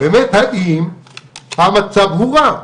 באמת האם המצב הוא רע.